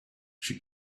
she